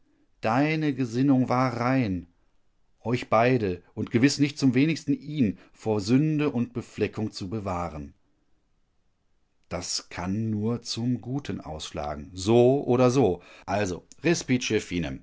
deine gesinnung war rein euch beide und gewiß nicht zum wenigsten ihn vor sünde und befleckung zu bewahren das kann nur zum guten ausschlagen so oder so also respice